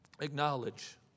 acknowledge